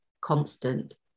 constant